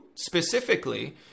Specifically